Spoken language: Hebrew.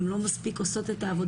הן לא מספיק עושות את העבודה.